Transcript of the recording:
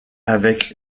avec